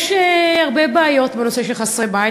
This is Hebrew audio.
יש הרבה בעיות בנושא של חסרי בית,